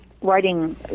writing